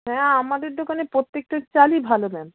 হ্যাঁ আমাদের দোকানে প্রত্যেকটা চালই ভালো ম্যাম